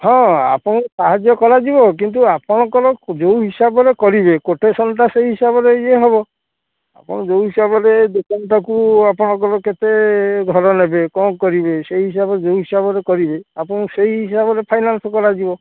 ହଁ ଆପଣଙ୍କୁ ସାହାଯ୍ୟ କରାଯିବ କିନ୍ତୁ ଆପଣଙ୍କର ଯେଉଁ ହିସାବରେ କରିବେ କୋଟେସନ୍ଟା ସେହି ହିସାବରେ ଇଏ ହେବ ଆପଣ ଯେଉଁ ହିସାବରେ ଦୋକନଟାକୁ ଆପଣଙ୍କର କେତେ ଘର ନେବେ କ'ଣ କରିବେ ସେହି ହିସାବରେ ଯେଉଁ ହିସାବରେ କରିବେ ଆପଣଙ୍କୁ ସେହି ହିସାବରେ ଫାଇନାନ୍ସ୍ କରାଯିବ